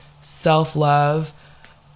self-love